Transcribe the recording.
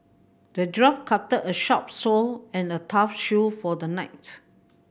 the dwarf crafted a sharp sword and a tough shield for the knight